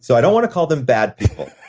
so i don't want to call them bad people.